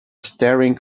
staring